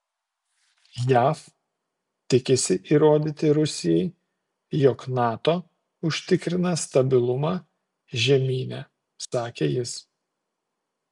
jav tikisi įrodyti rusijai jog nato užtikrina stabilumą žemyne sakė jis